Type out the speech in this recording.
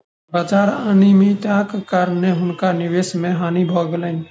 बाजार अनियमित्ताक कारणेँ हुनका निवेश मे हानि भ गेलैन